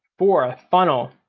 four funnel.